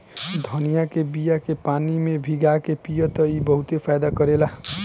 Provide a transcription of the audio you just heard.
धनिया के बिया के पानी में भीगा के पिय त ई बहुते फायदा करेला